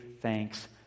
thanks